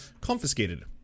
confiscated